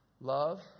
Love